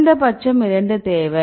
குறைந்தபட்சம் 2 தேவை